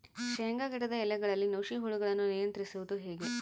ಶೇಂಗಾ ಗಿಡದ ಎಲೆಗಳಲ್ಲಿ ನುಷಿ ಹುಳುಗಳನ್ನು ನಿಯಂತ್ರಿಸುವುದು ಹೇಗೆ?